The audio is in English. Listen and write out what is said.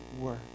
work